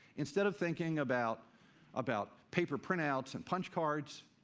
instead of thinking about about paper printouts and punch cards,